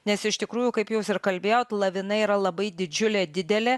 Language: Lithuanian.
nes iš tikrųjų kaip jūs ir kalbėjot lavina yra labai didžiulė didelė